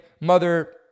mother